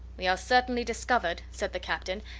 we are certainly discovered, said the captain,